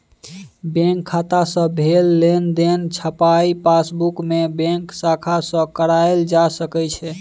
bank खाता सँ भेल लेनदेनक छपाई पासबुकमे बैंक शाखा सँ कराएल जा सकैत छै